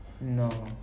No